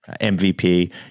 MVP